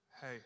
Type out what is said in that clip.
Hey